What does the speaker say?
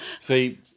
See